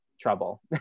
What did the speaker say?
trouble